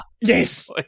Yes